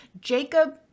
jacob